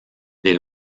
des